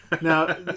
Now